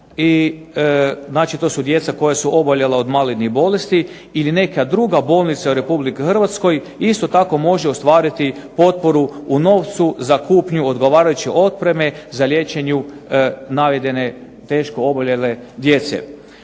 to su djeca koja su oboljela od malignih bolesti ili neka druga bolnica u RH isto tako može ostvariti potporu u novcu za kupnju odgovarajuće opreme za liječenje navedene teško oboljele djece.